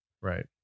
Right